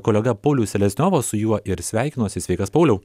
kolega paulius seleziovas su juo ir sveikinuosi sveikas pauliau